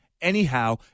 anyhow